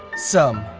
some.